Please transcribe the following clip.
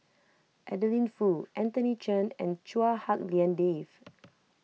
Adeline Foo Anthony Chen and Chua Hak Lien Dave